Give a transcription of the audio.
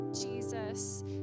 Jesus